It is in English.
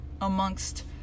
amongst